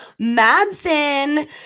Madsen